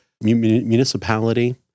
municipality